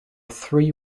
three